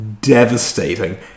devastating